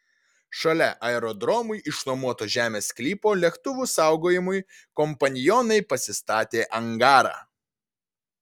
šalia aerodromui išnuomoto žemės sklypo lėktuvų saugojimui kompanionai pasistatė angarą